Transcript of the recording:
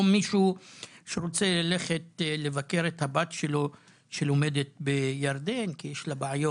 או מישהו שרוצה ללכת לבקר את הבת שלו שלומדת בירדן כי יש לה בעיות,